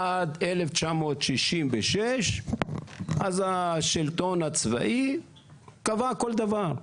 עד 1966 אז השלטון הצבאי קבע כל דבר.